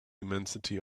immensity